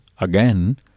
again